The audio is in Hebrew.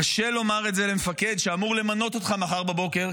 קשה לומר את זה למפקד שאמור למנות אותך מחר בבוקר,